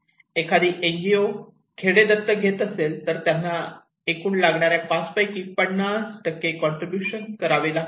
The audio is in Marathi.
एखादे एनजीओ खेडे दत्तक घेत असेल तर त्यांना एकूण लागणाऱ्या कॉस्ट पैकी 50 कॉन्ट्रीब्युशन करावे लागते